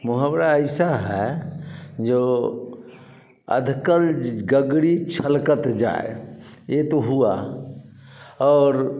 मुहावरा ऐसा है जो अधकल ज गगडी छलकत जाए यह तो हुआ और